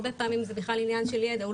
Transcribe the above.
כי הרבה פעמים זה בכלל עניין של ידע והוא